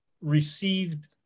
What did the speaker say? received –